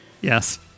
Yes